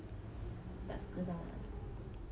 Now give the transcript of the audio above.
tak suka sangat ah